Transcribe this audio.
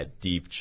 deep